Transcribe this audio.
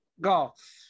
golf